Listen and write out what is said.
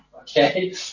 Okay